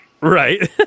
Right